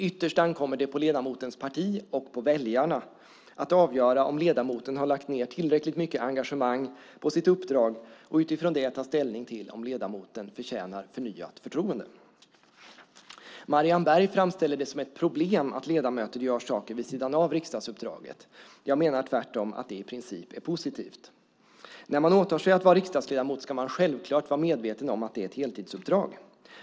Ytterst ankommer det på ledamotens parti och på väljarna att avgöra om ledamoten har lagt ned tillräckligt mycket engagemang på sitt uppdrag och utifrån det ta ställning till om ledamoten förtjänar förnyat förtroende. Marianne Berg framställer det som ett problem att ledamöter gör saker vid sidan av riksdagsuppdraget. Jag menar tvärtom att det i princip är positivt. När man åtar sig att vara riksdagsledamot ska man självklart vara medveten om att det är ett heltidsuppdrag.